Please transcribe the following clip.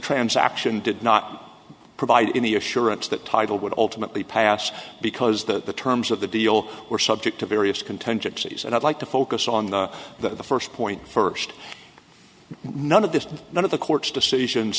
transaction did not provide any assurance that title would ultimately pass because the terms of the deal were subject to various contingencies and i'd like to focus on the first point first none of this none of the court's decisions